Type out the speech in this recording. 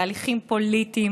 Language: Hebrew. תהליכים פוליטיים,